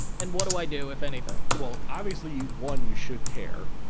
and, what do i do, if anything? well, obviously, one, you should care,